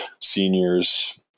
seniors